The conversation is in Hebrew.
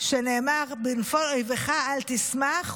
שנאמר "בנפֹל אויִבך אל תשמח",